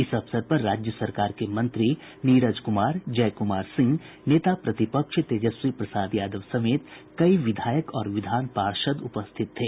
इस अवसर पर राज्य सरकार के मंत्री नीरज कुमार जय कुमार सिंह नेता प्रतिपक्ष तेजस्वी प्रसाद यादव समेत कई विधायक और विधान पार्षद उपस्थित थे